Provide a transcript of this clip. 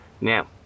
Now